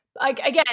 Again